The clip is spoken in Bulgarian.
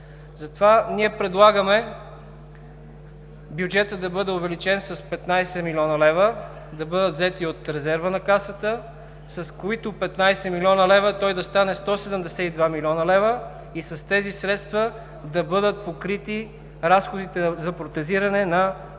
Затова предлагаме бюджетът да бъде увеличен с 15 млн. лв. – да бъдат взети от резерва на Касата, с които той да стане 172 млн. лв. и с тези средства да бъдат покрити разходите за протезиране на 37